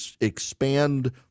expand